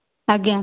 ଆଜ୍ଞା